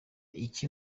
iki